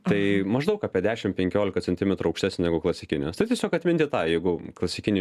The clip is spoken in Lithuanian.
tai maždaug apie dešim penkiolika centimetrų aukštesnė negu klasikinės tai tiesiog atminti tą jeigu klasikiniu